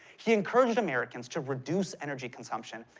he encouraged americans to reduce energy consumption.